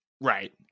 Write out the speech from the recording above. Right